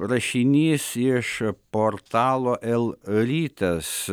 rašinys iš portalo el rytas